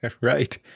right